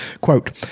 quote